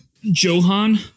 Johan